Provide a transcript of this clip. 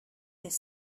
could